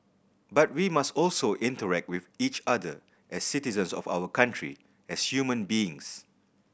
but we must also interact with each other as citizens of our country as human beings